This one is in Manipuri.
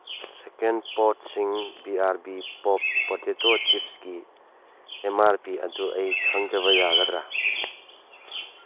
ꯁꯦꯀꯦꯟ ꯄꯣꯠꯁꯤꯡ B R B pop potato ꯆꯤꯞꯁꯀꯤ ꯑꯦꯝ ꯃꯥꯔ ꯄꯤ ꯑꯗꯨ ꯑꯩ ꯈꯪꯖꯕ ꯌꯥꯒꯗ꯭ꯔꯥ